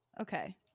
Okay